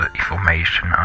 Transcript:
information